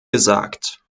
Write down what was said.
gesagt